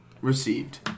Received